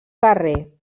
carrer